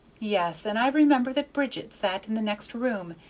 yes and i remember that bridget sat in the next room,